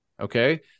Okay